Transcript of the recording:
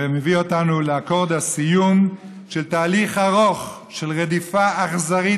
ומביא אותנו לאקורד הסיום של תהליך ארוך של רדיפה אכזרית,